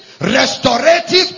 restorative